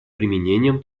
применением